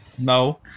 No